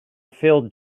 field